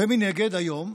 ומנגד, היום,